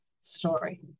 story